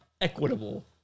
equitable